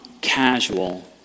casual